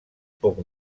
poc